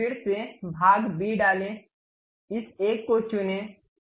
शायद फिर से भाग बी डालें इस एक को चुनें